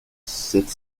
sept